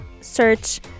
search